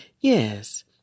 Yes